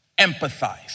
Empathize